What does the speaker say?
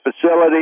facility